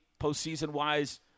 postseason-wise